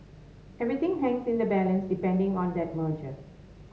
everything hangs in the balance depending on that merger